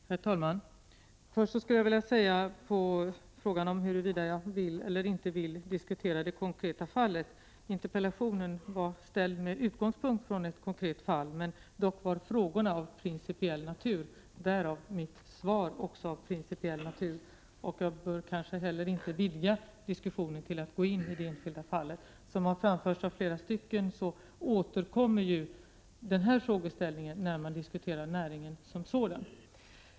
Herr talman! Först vill jag kommentera frågan huruvida jag vill eller inte vill diskutera det konkreta fallet. Interpellationen var ställd med utgångspunkt från ett konkret fall, dock var frågorna av principiell natur. Därför är mitt svar också av principiell natur, och jag bör kanske heller inte vidga diskussionen till att gå in i det enskilda fallet. Som det har framförts av flera talare återkommer denna frågeställning när man skall diskutera näringen som sådan.